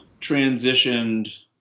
transitioned